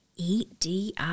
EDI